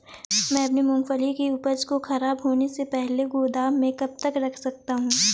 मैं अपनी मूँगफली की उपज को ख़राब होने से पहले गोदाम में कब तक रख सकता हूँ?